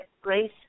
Grace